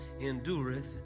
Endureth